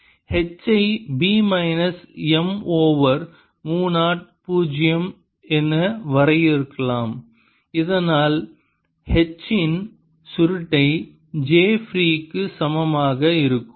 H ஐ B minus M over மு பூஜ்யம் என வரையறுக்கவும் இதனால் H இன் சுருட்டை j ஃப்ரீ க்கு சமமாக இருக்கும்